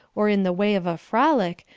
or in the way of a frolic,